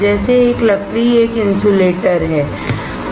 जैसे लकड़ी एक इन्सुलेटर है